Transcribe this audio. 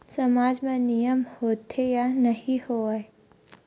सामाज मा नियम होथे या नहीं हो वाए?